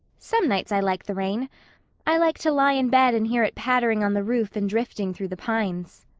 some nights i like the rain i like to lie in bed and hear it pattering on the roof and drifting through the pines.